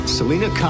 Selena